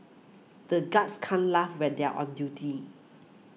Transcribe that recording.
the guards can't laugh when they are on duty